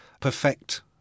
perfect